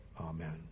Amen